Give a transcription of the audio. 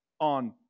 On